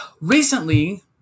recently